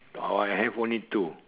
oh I have only two